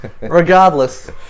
regardless